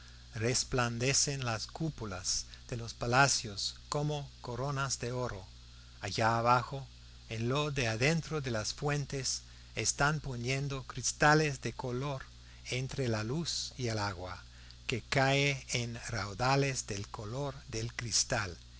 resplandecen las cúpulas de los palacios como coronas de oro allá abajo en lo de adentro de las fuentes están poniendo cristales de color entre la luz y el agua que cae en raudales del color del cristal